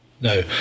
No